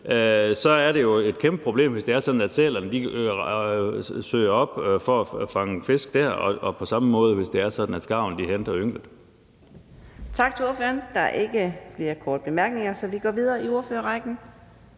er det da et kæmpeproblem, hvis det er sådan, at sælerne søger derop for at fange fisk, og det er på samme måde, hvis det er sådan, at skarven henter ynglen. Kl. 13:47 Fjerde næstformand (Karina Adsbøl): Tak til ordføreren. Der er ikke flere korte bemærkninger, så vi går videre i ordførerrækken.